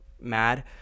mad